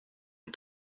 une